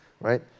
right